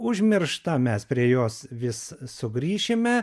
užmirštą mes prie jos vis sugrįšime